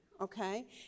Okay